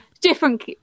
Different